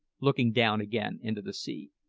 looking down again into the sea.